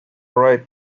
right